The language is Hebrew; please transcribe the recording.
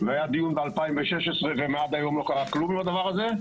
היה דיון בשנת 2016 אבל עד היום לא קרה כלום עם הדבר הזה,